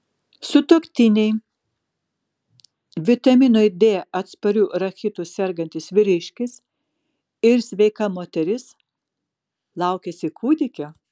sutuoktiniai vitaminui d atspariu rachitu sergantis vyriškis ir sveika moteris laukiasi kūdikio